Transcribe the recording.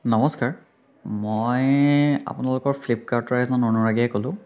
নমস্কাৰ মই আপোনালোকৰ ফ্লিপকাৰ্টৰ এজন অনুৰাগীয়ে ক'লোঁ